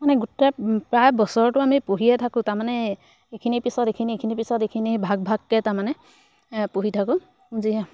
মানে গোটেই প্ৰায় বছৰটো আমি পুহিয়ে থাকোঁ তাৰমানে এইখিনি পিছত এইখিনি এইখিনি পিছত এইখিনি ভাগ ভাগকৈ তাৰমানে পুহি থাকোঁ যিহেতু